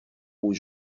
aux